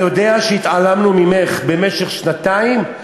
אני יודע שהתעלמנו ממך במשך שנתיים,